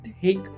take